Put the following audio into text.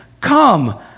Come